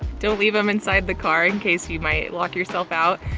don't leave them inside the car in case you might lock yourself out.